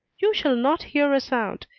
you shall not hear a sound,